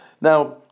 now